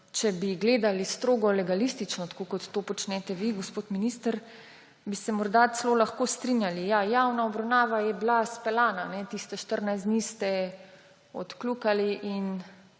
Če bi gledali strogo legalistično, tako kot to počnete vi, gospod minister, bi se morda celo lahko strinjali, ja, javna obravnava je bila izpeljana, tistih 14 dni ste odkljukali in